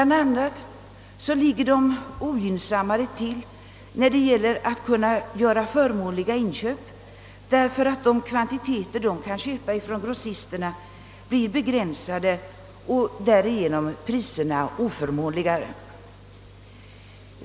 a. har de mindre affärsföretagen ett ogynnsammare läge när det gäller att göra förmånliga inköp; de kvantiteter de kan köpa från grossisterna är begränsade, och priserna blir därigenom oförmånligare.